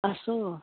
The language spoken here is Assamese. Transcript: আছোঁ